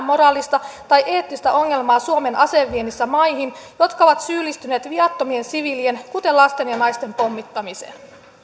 moraalista tai eettistä ongelmaa suomen aseviennissä maihin jotka ovat syyllistyneet viattomien siviilien kuten lasten ja naisten pommittamiseen